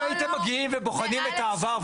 לא --- אם הייתם מגיעים ובחונים את העבר,